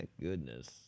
goodness